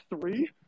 three